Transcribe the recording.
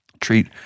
Treat